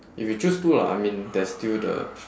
if you choose to lah I mean there's still the